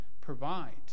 provides